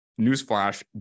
newsflash